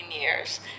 years